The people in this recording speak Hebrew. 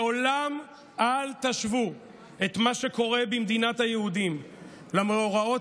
לעולם אל תשוו את מה שקורה במדינת היהודים למאורעות